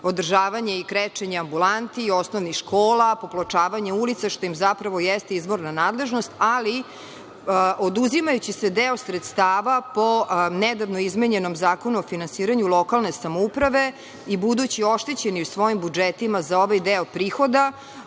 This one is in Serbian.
održavanje i krečenje ambulanti, osnovni škola, popločavanje ulica, što im zapravo jeste izvorna nadležnost, ali oduzimajući deo sredstava po nedavno izmenjenom Zakonu o finansiranju lokalne samouprave i budući oštećeni u svojim budžetima za ovaj deo prihoda,